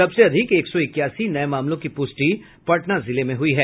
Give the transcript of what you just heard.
सबसे अधिक एक सौ इक्यासी नये मामलों की पुष्टि पटना जिले में हुई हैं